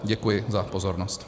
Děkuji za pozornost.